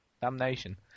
Damnation